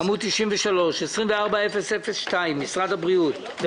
עמוד 93, 24-002, משרד הבריאות.